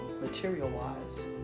material-wise